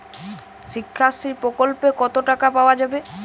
শিক্ষাশ্রী প্রকল্পে কতো টাকা পাওয়া যাবে?